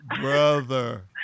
brother